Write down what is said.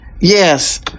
Yes